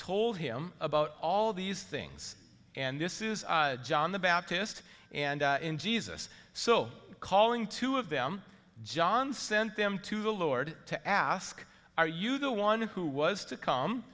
told him about all these things and this is john the baptist and in jesus so calling two of them john sent them to the lord to ask are you the one who was to come